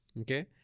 okay